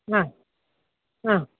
ആ ആ